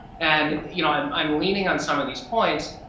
and you know um i am leaning on some of these points,